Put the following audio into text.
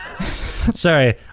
Sorry